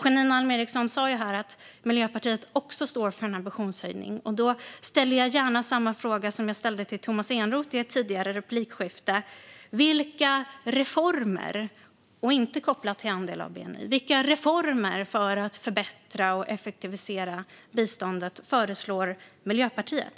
Janine Alm Ericson sa ju här att Miljöpartiet också står för en ambitionshöjning. Då ställer jag gärna samma fråga som jag ställde till Tomas Eneroth i ett tidigare replikskifte: Vilka reformer - inte kopplat till andel av bni - för att förbättra och effektivisera biståndet föreslår Miljöpartiet?